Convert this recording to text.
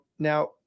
Now